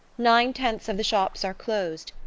nine-tenths of the shops are closed,